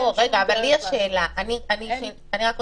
אני לא חושבת